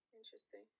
Interesting